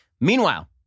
meanwhile